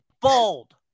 bold